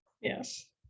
Yes